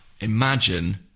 Imagine